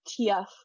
TF